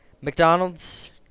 McDonald's